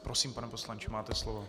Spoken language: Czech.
Prosím, pane poslanče, máte slovo.